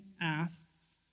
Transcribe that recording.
asks